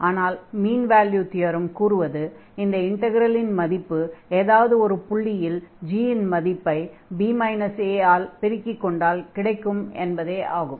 ஆனால் mean value theorem கூறுவது இந்த இன்டக்ரலின் மதிப்பு ஏதாவது ஒரு புள்ளியில் g இன் மதிப்பை b a ஆல் பெருக்கிக் கொண்டால் கிடைக்கும் என்பதே ஆகும்